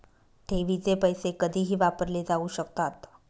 ठेवीचे पैसे कधीही वापरले जाऊ शकतात